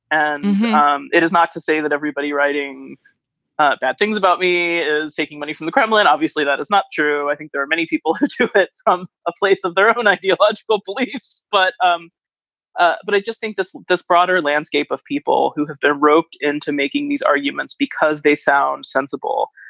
and um it is not to say that everybody writing bad things about me is taking money from the kremlin. obviously, that is not true. i think there are many people who took it from a place of their own ideological beliefs. but um ah but i just think this this broader landscape of people who have been roped into making these arguments because they sound sensible,